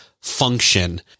function